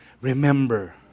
Remember